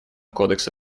кодекса